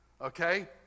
Okay